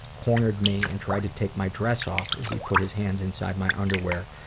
cornered me and tried to take my dress off as he put his hands inside my underwear,